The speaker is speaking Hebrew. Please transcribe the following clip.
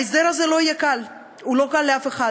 ההסדר הזה לא יהיה קל, הוא לא קל לאף אחד.